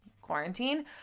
quarantine